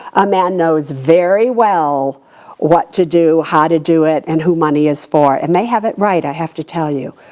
a man knows very well what to do, how to do it, and who money is for, and they have it right, i have to tell you.